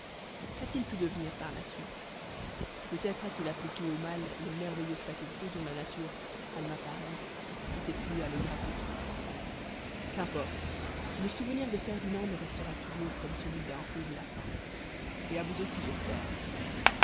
qua t il pu devenir par la suite peut-être a-t-il appliqué au mal les merveilleuses facultés dont la nature alma parens sétait plu à le gratifier quimporte le souvenir de ferdinand me restera toujours comme celui dun rude lapin et à vous aussi jespère